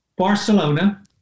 Barcelona